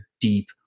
deep